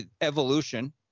evolution